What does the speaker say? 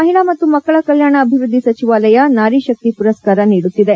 ಮಹಿಳಾ ಮತ್ತು ಮಕ್ಕಳ ಕಲ್ಕಾಣ ಅಭಿವೃದ್ಧಿ ಸಚಿವಾಲಯ ನಾರಿ ಶಕ್ತಿ ಪುರಸ್ಕಾರ ನೀಡುತ್ತಿದೆ